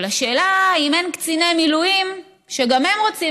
אבל השאלה אם אין קציני מילואים שגם הם רוצים